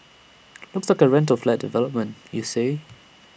looks like A rental flat development you say